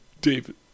David